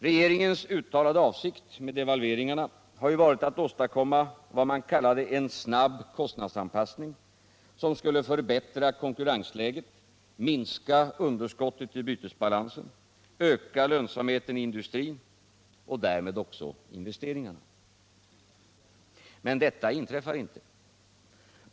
Regeringens uttalade avsikt med devalveringarna har ju varit att åstadkomma vad man kallade ”en snabb kostnadsanpassning” som skulle förbättra konkurrensläget, minska underskottet i bytesbalansen, öka lönsamheten i industrin och därmed också investeringarna. Men detta inträffar inte.